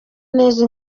neza